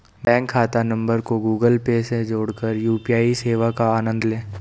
bank खाता number को Google Pay से जोड़कर यू.पी.आई सेवा का आनंद लें